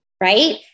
right